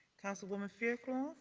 councilwoman fairclough.